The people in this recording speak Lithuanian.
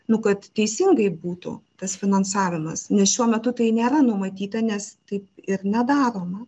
nu kad teisingai būtų tas finansavimas nes šiuo metu tai nėra numatyta nes taip ir nedaroma